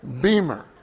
beamer